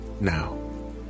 Now